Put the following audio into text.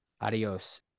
Adios